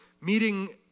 Meeting